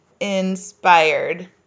inspired